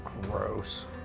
Gross